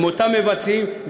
אותם מבצעים,